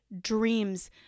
dreams